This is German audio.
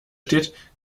steht